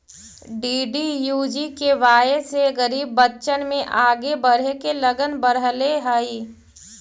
DDUGKY से गरीब बच्चन में आगे बढ़े के लगन बढ़ले हइ